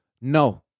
No